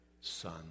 son